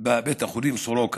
בבית החולים סורוקה.